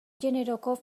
generoko